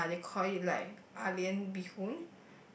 ya they call it like ah-lian bee-hoon